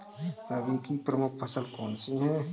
रबी की प्रमुख फसल कौन सी है?